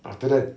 after that